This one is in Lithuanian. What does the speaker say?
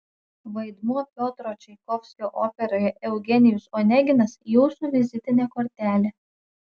vaidmuo piotro čaikovskio operoje eugenijus oneginas jūsų vizitinė kortelė